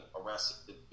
arrested